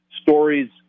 stories